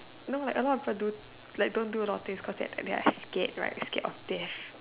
no like a lot people don't do a lot of things right cause that they are scared right scared of death